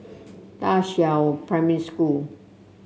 Da Qiao Primary School